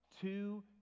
two